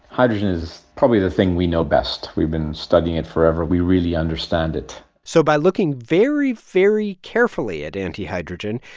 hydrogen is probably the thing we know best. we've been studying it forever. we really understand it so by looking very, very carefully at antihydrogen,